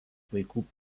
vaikų